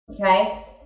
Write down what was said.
Okay